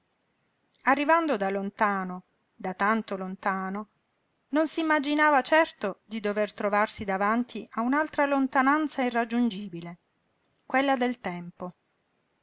arrivando da lontano da tanto lontano non s'immaginava certo di dover trovarsi davanti a un'altra lontananza irraggiungibile quella del tempo